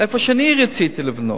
איפה שאני רציתי לבנות,